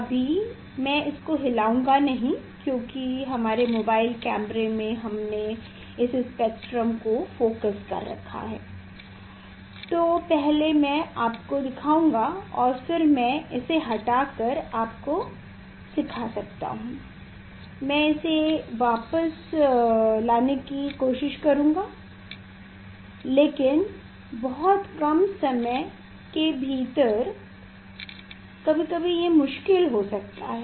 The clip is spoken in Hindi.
अभी मैं इसको हिलाऊँगा नहीं क्योंकि हमारे मोबाइल कैमरे में हमने इस स्पेक्ट्रम को फोकस कर रखा है तो पहले मैं आपको दिखाऊंगा और फिर मैं इसे हटा कर आपको दिखा सकता हूँ मैं इसे वापस लाने की कोशिश करूंगा लेकिन बहुत कम समय के भीतर कभी कभी ये मुश्किल हो सकता है